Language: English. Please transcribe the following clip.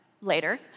later